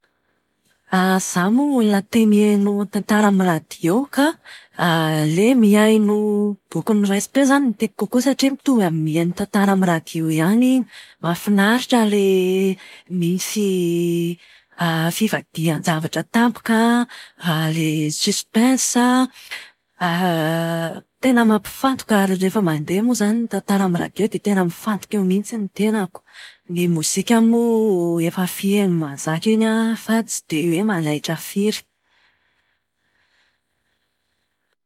Zaho moa olona tia mihaino tantara amin'ny radio ka ilay mihaino boky noraisim-peo izany no tiako kokoa satria mitovy amin'ny mihaino tantara amin'ny radio ihany iny. Mahafinaritra ilay misy fivadihan-javatra tampoka ilay suspens an, tena mampifantoka ary rehefa mandeha moa izany ny tantara amin'ny radio dia tena mifantoka eo mihitsy ny tenako. Ny mozika moa efa fihaino mahazatra iny an, fa tsy dia hoe manaitra firy.